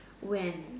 when